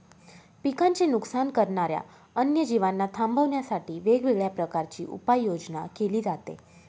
पिकांचे नुकसान करणाऱ्या अन्य जीवांना थांबवण्यासाठी वेगवेगळ्या प्रकारची उपाययोजना केली जाते